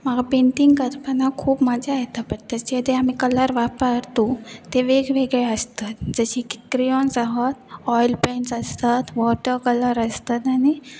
म्हाका पेंटींग करपाना खूब मजा येता बट तेचे ते आमी कलर वापरतू ते वेगवेगळे आसतात जशे की क्रियन्स आहत ऑयल पेंट्स आसतात वॉटर कलर आसतात आनी